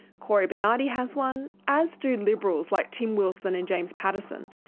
cory bernadi has one, as do liberals like tim wilson and james paterson,